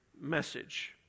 message